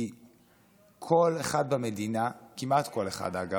כי כל אחד במדינה, כמעט כל אחד, אגב,